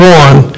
one